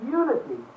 unity